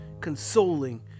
Consoling